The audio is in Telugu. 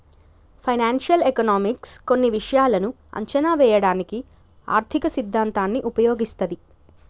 ఫైనాన్షియల్ ఎకనామిక్స్ కొన్ని విషయాలను అంచనా వేయడానికి ఆర్థిక సిద్ధాంతాన్ని ఉపయోగిస్తది